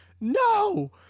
no